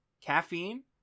Caffeine